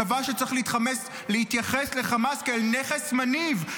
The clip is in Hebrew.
קבע שצריך להתייחס לחמאס כאל נכס מניב.